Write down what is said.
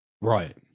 right